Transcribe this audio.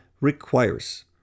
requires